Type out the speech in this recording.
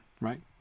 right